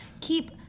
keep